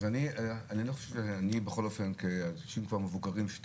אז אני בכל אופן כאנשים כבר מבוגרים שאת